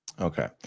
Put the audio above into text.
okay